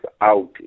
out